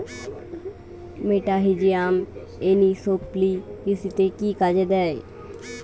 মেটাহিজিয়াম anisopliae কৃষিতে কি কাজে দেয়?